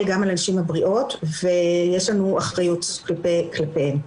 גם על הנשים הבריאות ויש לנו אחריות כלפיהן,